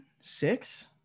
six